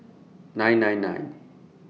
nine nine nine